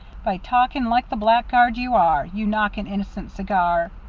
by talking like the blackguard you are you knock an innocent cigar